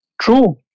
True